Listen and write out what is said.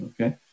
okay